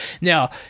Now